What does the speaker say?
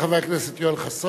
תודה רבה לחבר הכנסת יואל חסון.